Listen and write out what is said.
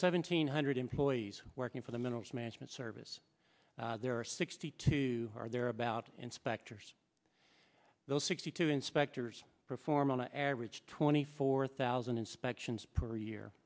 seventeen hundred employees working for the minerals management service there are sixty two are there about inspectors those sixty two inspectors perform on average twenty four thousand inspections per year